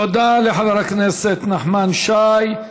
תודה לחבר הכנסת נחמן שי.